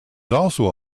also